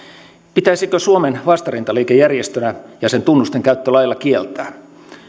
pitäisikö suomen vastarintaliike järjestönä ja sen tunnusten käyttö lailla kieltää